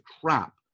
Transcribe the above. crap